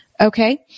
Okay